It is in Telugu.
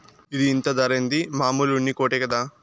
ఇది ఇంత ధరేంది, మామూలు ఉన్ని కోటే కదా